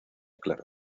claro